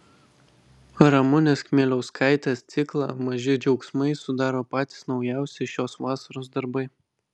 ramunės kmieliauskaitės ciklą maži džiaugsmai sudaro patys naujausi šios vasaros darbai